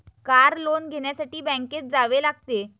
car loan घेण्यासाठी बँकेत जावे लागते